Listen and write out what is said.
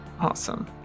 Awesome